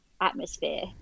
atmosphere